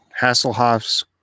Hasselhoff's